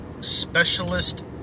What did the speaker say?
specialist